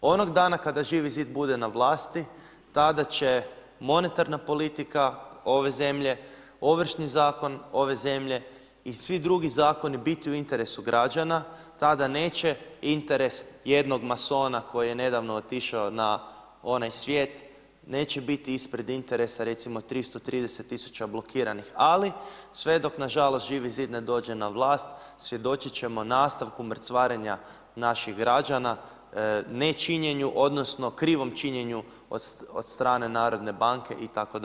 Onog dana kada Živi zid bude na vlasti, tada će monetarna politika ove zemlje, Ovršni zakon ove zemlje i svi drugi zakoni biti u interesu građana, tada neće interes jednog masona koji je nedavno otišao na onaj svijet, neće biti ispred interesa recimo 330 000 blokiranih ali sve dok nažalost Živi zid ne dođe na vlast, svjedočit ćemo nastavku mrcvarenja naših građana, nečinjenju odnosno krivom činjenju od strane narodne banke itd.